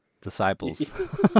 disciples